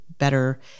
better